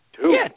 Two